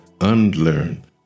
unlearn